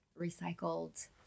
recycled